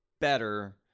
better